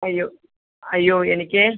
അയ്യോ അയ്യോ എനിക്കേ